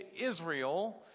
Israel